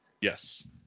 Yes